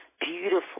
beautiful